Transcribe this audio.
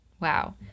Wow